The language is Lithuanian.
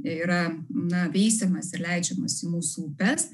yra na veisiamas ir leidžiamas į mūsų upes